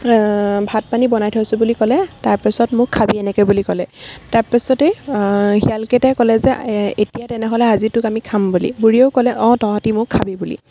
ভাত পানী বনাই থৈছোঁ বুলি ক'লে তাৰপাছত মোক খাবি এনেকৈ বুলি ক'লে তাৰপাছতেই শিয়ালকেইটাই ক'লে যে এতিয়া তেনেহ'লে আজি তোক আমি খাম বুলি বুঢ়ীয়েও ক'লে অঁ তহঁতে মোক খাবি বুলি